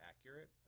accurate